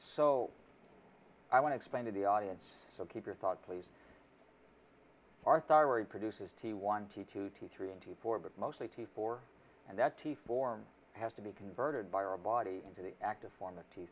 so i want to explain to the audience so keep your thought please our thyroid produces t one t two to three and four but mostly t four and that t form has to be converted by our body into the active form of t